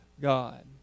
God